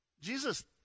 Jesus